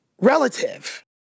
relative